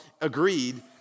agreed